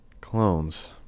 Clones